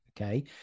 Okay